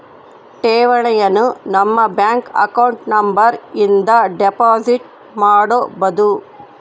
ಠೇವಣಿಯನು ನಮ್ಮ bank account number ಇಂದ ಡೆಪೋಸಿಟ್ ಮಾಡ್ಬೊದು